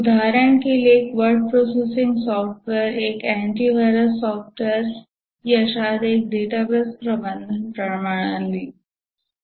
उदाहरण के लिए एक वर्ड प्रोसेसिंग सॉफ्टवेयर एक एंटीवायरस सॉफ्टवेयर या शायद एक डेटाबेस प्रबंधन प्रणाली इत्यादि